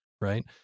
right